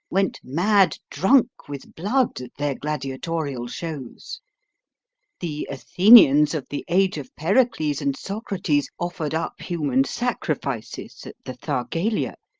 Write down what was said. went mad drunk with blood at their gladiatorial shows the athenians of the age of pericles and socrates offered up human sacrifices at the thargelia,